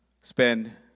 spend